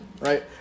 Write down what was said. right